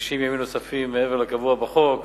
ב-60 ימים נוספים מעבר לקבוע בחוק,